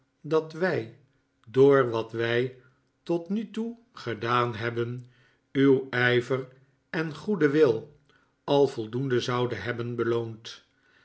dat wij door wat wij tot nu toe gedaan hebben uw ijver en goeden wil al voldoende zouden hebben beloond